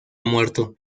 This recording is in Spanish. muerto